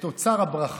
את אוצר הברכה,